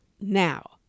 now